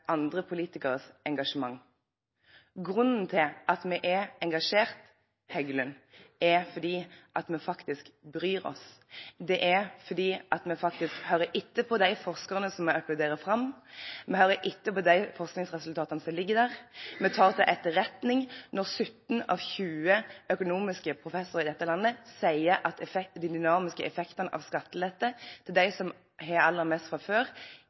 andre politikeres engasjement. Grunnen til at vi er engasjert, er at vi faktisk bryr oss. Det er fordi vi faktisk hører på de forskerne som vi applauderer fram. Vi hører på de forskningsresultatene som ligger der, vi tar det til etterretning når 17 av 20 økonomiprofessorer i dette landet sier at den dynamiske effekten av skattelette til dem som har aller mest fra før,